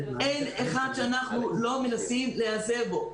אין אחד שאנחנו לא מנסים להיעזר בו.